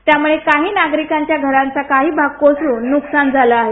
त्यामुळे काही नागरिकांच्या घराचा काही भाग कोसळून नुकसान झालं आहे